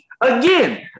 Again